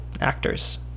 actors